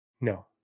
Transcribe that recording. No